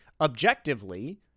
objectively